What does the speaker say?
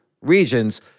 regions